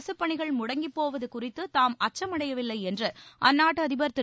அரசுப் பணிகள் முடங்கிப் போவது குறித்து தாம் அச்சமடையவில்லை என்று அந்நாட்டு அதிபர் திரு